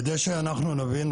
כדי שאנחנו נבין,